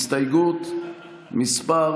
הסתייגות מס'